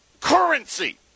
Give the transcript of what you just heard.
currency